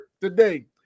today